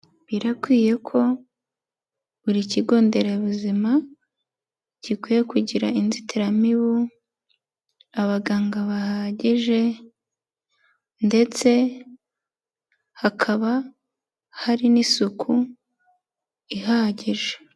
Birakwiye ko buri kigo nderabuzima gikwiye kugira inzitiramibu, abaganga bahagije ndetse hakaba hari n'isuku ihagije.